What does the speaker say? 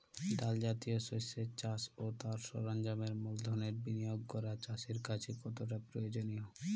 ডাল জাতীয় শস্যের চাষ ও তার সরঞ্জামের মূলধনের বিনিয়োগ করা চাষীর কাছে কতটা প্রয়োজনীয়?